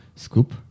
scoop